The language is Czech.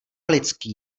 lidský